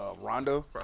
Rondo